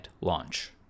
launch